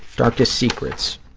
darkest secrets.